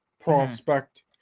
prospect